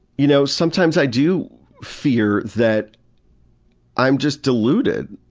you know sometimes i do fear that i'm just deluded.